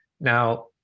Now